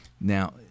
Now